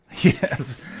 yes